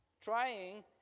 trying